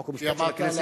חוק ומשפט של הכנסת.